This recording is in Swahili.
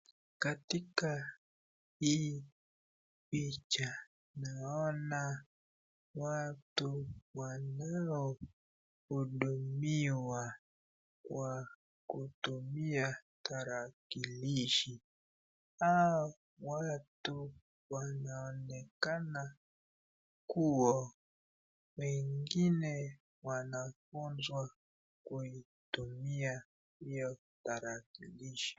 Katika hii picha naona watu waliohudumiwa Kwa kutumia darakilishi, hawa watu wanaonekana kuwa wengine wanaonywa kusitumia hiyo darakilishi.